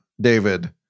David